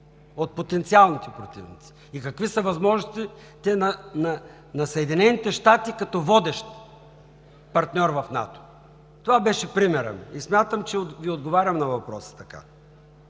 от потенциалните противници и какви са възможностите на Съединените щати като водещ партньор в НАТО. Това беше примерът ми и смятам, че Ви отговарям на въпроса така.